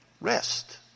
rest